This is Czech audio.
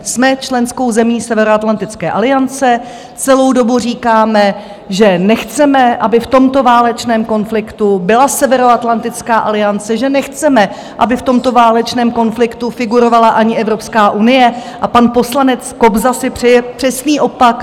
Jsme členskou zemí Severoatlantické aliance, celou dobu říkáme, že nechceme, aby v tomto válečném konfliktu byla Severoatlantická aliance, že nechceme, aby v tomto válečném konfliktu figurovala ani Evropská unie, a pan poslanec Kobza si přeje přesný opak.